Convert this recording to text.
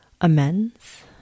amends